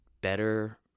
better